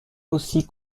aussi